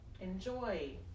enjoy